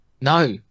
No